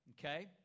Okay